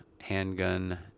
Handgun